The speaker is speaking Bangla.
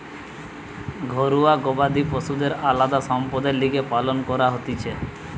ঘরুয়া গবাদি পশুদের আলদা সম্পদের লিগে পালন করা হতিছে